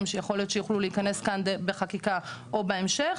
שיכול להיות שיוכלו להיכנס כאן בחקיקה או בהמשך,